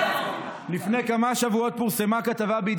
לפני כמה שבועות פורסמה כתבה על המקרה,